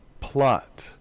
plot